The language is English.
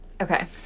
Okay